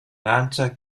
lancia